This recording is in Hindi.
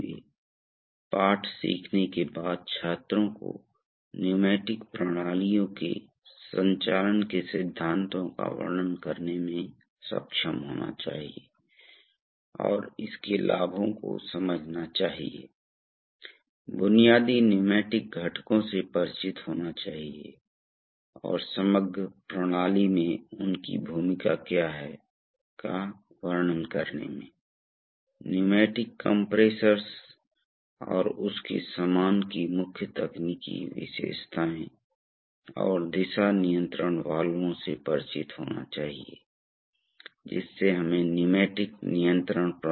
दबाव और प्रवाह नियंत्रण वाल्वों और सिलेंडरों के संचालन के सिद्धांतों का वर्णन करें आनुपातिक वाल्वों के बुनियादी घटकों सर्वो वाल्वों के बुनियादी घटकों के बारे में जानें और विशिष्ट से परिचित हों हाइड्रोलिक सक्रियण प्रणालियों के नियंत्रण वास्तुकला को आप जानते हैं ये इस पाठ के अनुदेशात्मक उद्देश्य हैं